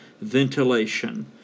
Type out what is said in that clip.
ventilation